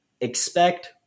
expect